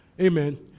amen